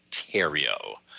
ontario